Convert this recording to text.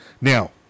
Now